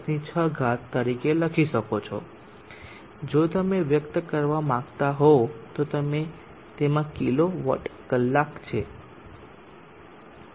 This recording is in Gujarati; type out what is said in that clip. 6 × 106 તરીકે લખી શકો છો જો તમે વ્યક્ત કરવા માંગતા હો તો તેમાં કિલો વોટ કલાક છે